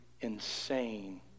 insane